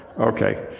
okay